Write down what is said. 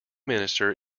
minister